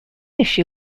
issue